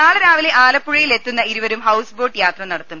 നാളെ രാവിലെ ആലപ്പുഴയിൽ എത്തുന്ന ഇരുവരും ഹൌസ് ബോട്ട് യാത്ര നടത്തും